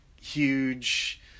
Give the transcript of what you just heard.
huge